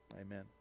Amen